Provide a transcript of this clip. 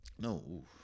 no